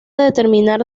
determinar